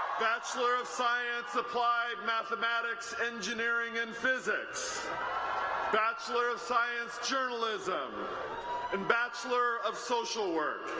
bachelor of science-applied mathematics, engineering and physics bachelor of science-journalism and bachelor of social work